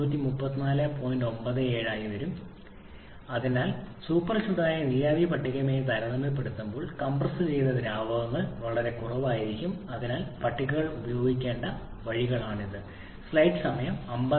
97 ആയി വരും രണ്ട് മൂല്യങ്ങളും പരസ്പരം വളരെ അടുത്താണെന്ന് നിങ്ങൾക്ക് കാണാൻ കഴിയും അതിനാൽ സവിശേഷതകൾക്കായി പ്രത്യേക വോളിയം അല്ലെങ്കിൽ നിർദ്ദിഷ്ട ആന്തരിക ഊർജ്ജം മിക്ക കേസുകളിലും നിർദ്ദിഷ്ട എന്തൽപിയും ഉണ്ട് ഈ ഏകദേശ സമീപനത്തെ തുടർന്നുള്ള ഏതെങ്കിലും പിശക് അതിനാൽ സൂപ്പർ ചൂടായ നീരാവി പട്ടികയുമായി താരതമ്യപ്പെടുത്തുമ്പോൾ കംപ്രസ് ചെയ്ത ദ്രാവകങ്ങൾ വളരെ കുറവായിരിക്കും